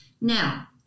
Now